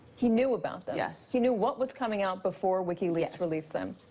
he knew about them? yes. he knew what was coming out before wikilleaks released them?